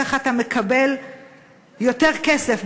כך אתה מקבל יותר כסף.